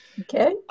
Okay